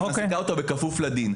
היא מעסיקה אותו בכפוף לדין.